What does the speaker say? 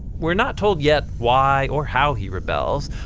we are not told yet why or how he rebels.